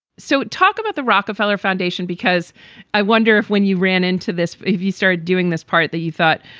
so talk about the rockefeller foundation, because i wonder if when you ran into this, if you started doing this part, that you thought,